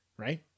Right